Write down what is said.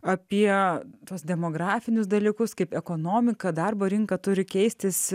apie tuos demografinius dalykus kaip ekonomiką darbo rinka turi keistis